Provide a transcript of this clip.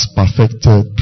perfected